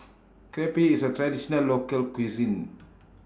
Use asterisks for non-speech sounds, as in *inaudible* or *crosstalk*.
*noise* Crepe IS A Traditional Local Cuisine *noise*